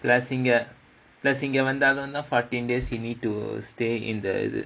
plus இங்க:inga plus இங்க வந்தாளுந்தா:inga vanthaalunthaa fourteen days you need to stay in the